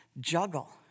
juggle